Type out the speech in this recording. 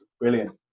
Brilliant